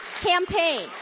campaign